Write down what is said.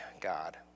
God